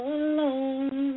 alone